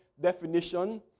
definition